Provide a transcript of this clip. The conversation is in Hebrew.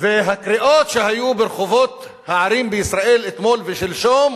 והקריאות שהיו ברחובות הערים בישראל אתמול ושלשום,